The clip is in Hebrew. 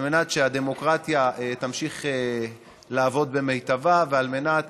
על מנת שהדמוקרטיה תמשיך לעבוד במיטבה ועל מנת